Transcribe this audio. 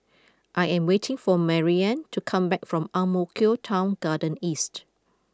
I am waiting for Maryanne to come back from Ang Mo Kio Town Garden East